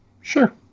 sure